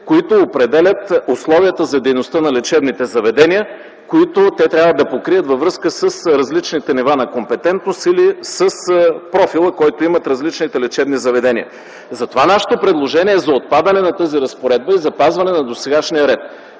които определят условията за дейността на лечебните заведения, които те трябва да покрият във връзка с различните нива на компетентност или с профила, който имат различните лечебни заведения. Затова нашето предложение е за отпадане на тази разпоредба и запазване на досегашния ред.